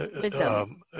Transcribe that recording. Wisdom